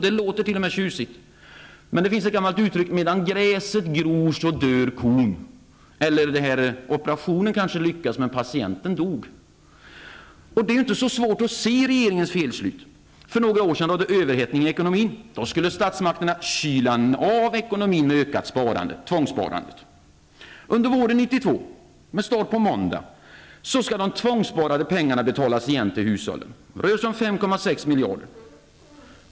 Det finns emellertid ett gammalt uttryck som säger att medan gräset gror så dör kon. Eller annorlunda uttryckt -- operationen lyckades, men patienten dog. Det är inte så svårt att se regeringens felslut. För några år sedan rådde överhettning i ekonomin. Då skulle statsmakterna kyla av ekonomin med ökat sparande -- tvångssparandet. Under våren 1992, med start på måndag, skall de tvångssparade pengarna betalas igen till hushållen. Det rör sig om 5,6 miljarder.